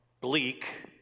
bleak